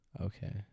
Okay